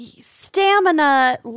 stamina